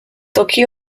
toki